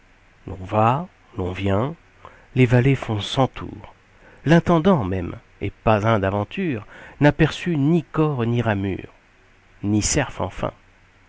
l'on va l'on vient les valets font cent tours l'intendant même et pas un d'aventure n'aperçut ni cor ni ramure ni cerf enfin